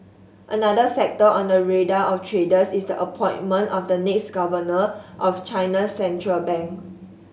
another factor on the radar of traders is the appointment of the next governor of China central bank